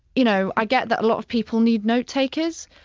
you know i get that a lot of people need notetakers,